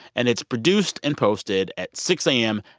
and it's produced and posted at six a m.